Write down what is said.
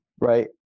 right